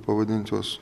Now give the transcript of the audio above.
pavadint juos